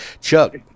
Chuck